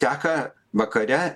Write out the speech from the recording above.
teka vakare